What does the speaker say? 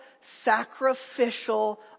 sacrificial